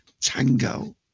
Tango